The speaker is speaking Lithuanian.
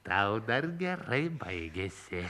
tau dar gerai baigėsi